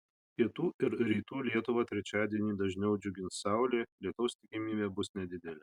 pietų ir rytų lietuvą trečiadienį dažniau džiugins saulė lietaus tikimybė bus nedidelė